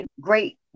great